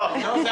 לא זה